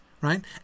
right